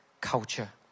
culture